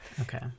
Okay